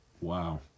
Wow